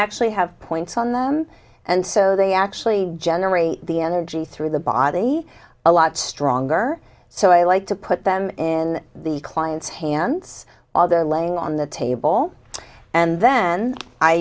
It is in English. actually have points on them and so they actually generate the energy through the body a lot stronger so i like to put them in the client's hands while they're laying on the table and then i